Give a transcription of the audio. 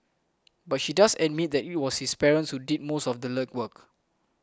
but she does admit that it was his parents who did most of the legwork